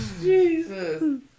Jesus